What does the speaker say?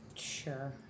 Sure